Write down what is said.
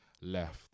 left